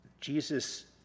Jesus